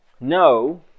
No